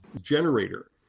generator